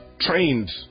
trained